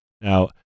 Now